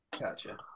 Gotcha